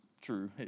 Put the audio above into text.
true